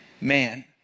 man